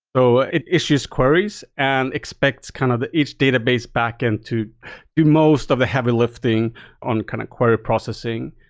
so it issues queries and expects kind of each database backend to do most of the heavy lifting on kind of query processing.